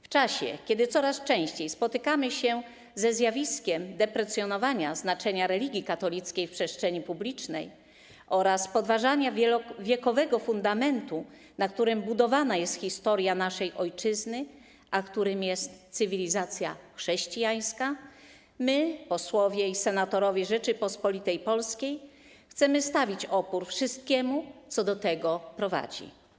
W czasie kiedy coraz częściej spotykamy się ze zjawiskiem deprecjonowania znaczenia religii katolickiej w przestrzeni publicznej oraz podważania wielowiekowego fundamentu, na którym budowana jest historia naszej ojczyzny, a którym jest cywilizacja chrześcijańska, my, posłowie i senatorowie Rzeczypospolitej Polskiej, chcemy stawić opór wszystkiemu, co do tego prowadzi.